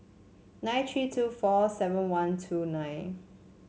nine tree two four seven one two nine